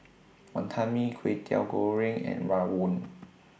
Wantan Mee Kwetiau Goreng and Rawon